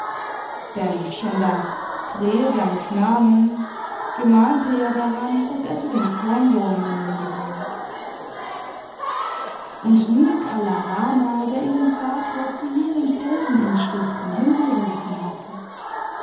denn schon das tre seines namens gemahnte ja daran daß er zu den cornwall männern gehöre und nun kala rama der ihren vater zu jenen felseninschriften hingerufen hatte